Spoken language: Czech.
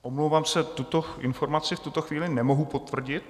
Omlouvám se, tuto informaci v tuto chvíli nemohu potvrdit.